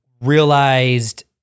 realized